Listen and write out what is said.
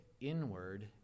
inward